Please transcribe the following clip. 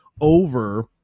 over